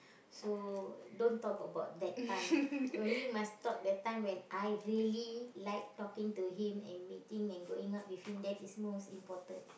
so don't talk about that time you only must talk that time when I really like talking to him and meeting and going out with him that is most important